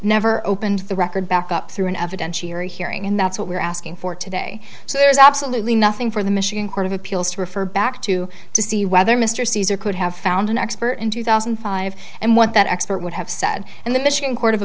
never opened the record back up through an evidentiary hearing and that's what we're asking for today so there is absolutely nothing for the michigan court of appeals to refer back to to see whether mr caesar could have found an expert in two thousand and five and what that expert would have said and the michigan court of